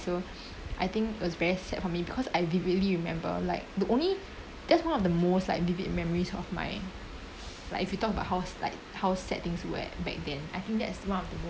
so I think it was very sad for me because I vividly remember like the only that's one of the most like vivid memories of my like if you talk about how s~ like how sad things were back then I think that's one of the